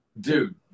Dude